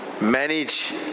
Manage